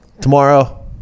Tomorrow